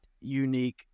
unique